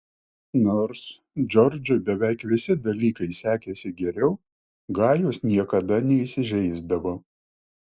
nors džordžui beveik visi dalykai sekėsi geriau gajus niekada neįsižeisdavo